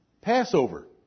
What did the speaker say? Passover